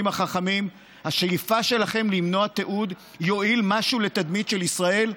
החכמים השאיפה שלכם למנוע תיעוד תועיל משהו לתדמית של ישראל?